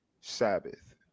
Sabbath